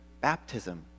baptism